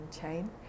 chain